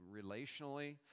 relationally